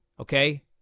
Okay